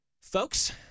Folks